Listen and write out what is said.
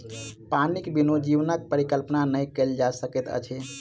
पानिक बिनु जीवनक परिकल्पना नहि कयल जा सकैत अछि